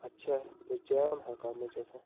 अच्छे पुज्जे दा होना हा कम्म च असें